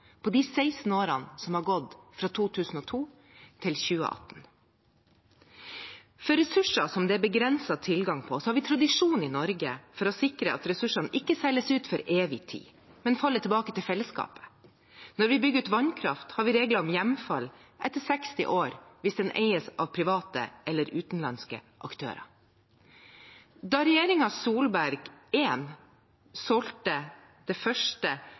på de 16 årene som har gått fra 2002 til 2018. For ressurser det er begrenset tilgang på, har vi tradisjon i Norge for å sikre at de ikke selges ut for evig tid, men faller tilbake til fellesskapet. Når vi bygger ut vannkraft, har vi regler om hjemfall etter 60 år hvis den eies av private eller utenlandske aktører. Da regjeringen Solberg I solgte det første